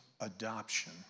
adoption